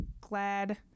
glad